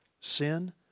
sin